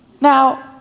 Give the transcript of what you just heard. Now